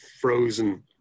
frozen